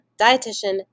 dietitian